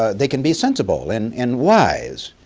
ah they can be sensible and and wise,